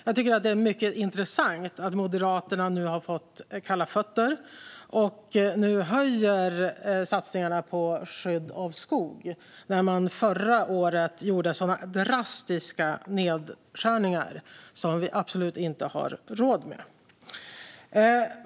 Jag tycker att det är mycket intressant att Moderaterna nu har fått kalla fötter och höjer satsningarna på skydd av skog, då man förra året gjorde sådana drastiska nedskärningar som vi absolut inte har råd med.